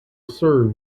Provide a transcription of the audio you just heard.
serve